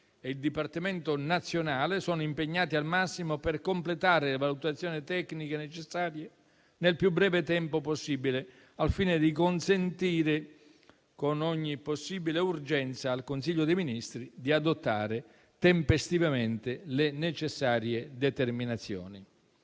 e il Dipartimento nazionale, sono impegnati al massimo per completare le valutazioni tecniche necessarie nel più breve tempo possibile, al fine di consentire, con ogni possibile urgenza, al Consiglio dei ministri di adottare tempestivamente le necessarie determinazioni.